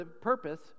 purpose